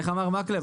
כפי שאמר מקלב,